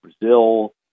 Brazil